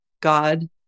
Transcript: God